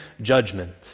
judgment